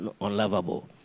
unlovable